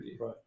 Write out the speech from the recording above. right